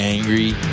Angry